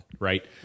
Right